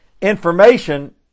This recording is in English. Information